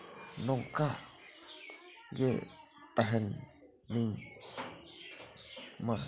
ᱱᱚᱝᱠᱟᱜᱮ ᱛᱟᱦᱮᱸᱱᱤᱧ